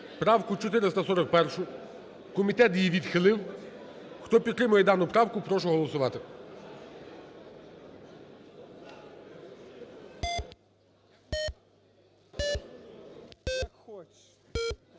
правку 441. Комітет її відхилив. Хто підтримує дану правку, прошу голосувати. 16:07:09